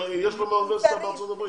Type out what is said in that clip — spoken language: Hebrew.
יש לו מהאוניברסיטה בארצות הברית.